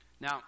Now